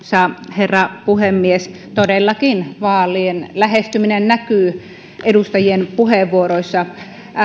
herra puhemies todellakin vaalien lähestyminen näkyy edustajien puheenvuoroissa